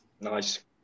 Nice